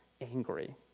angry